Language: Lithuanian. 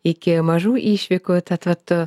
iki mažų išvykų tad vat t